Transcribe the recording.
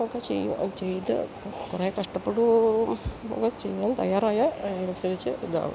ഒക്കെ ചെയ്യും ചെയ്ത് കുറെ കഷ്ടപ്പെടുകയും ഒക്കെ ചെയ്യാൻ തയ്യാറായാൽ അത് അനുസരിച്ച് ഇതാവും